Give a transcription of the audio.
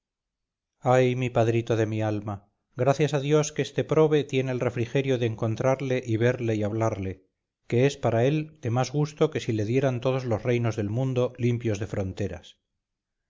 ay mi padrito de mi alma gracias a dios que este probe tiene el refrigerio de encontrarle y verle y hablarle que es para él de más gusto que si le dieran todos los reinos del mundo limpios de fronteras